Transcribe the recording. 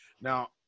Now